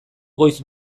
goiz